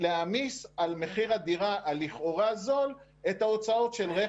ולהעמיס על מחיר הדירה לכאורה זול את ההוצאות של רכב.